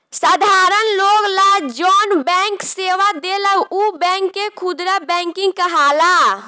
साधारण लोग ला जौन बैंक सेवा देला उ बैंक के खुदरा बैंकिंग कहाला